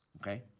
okay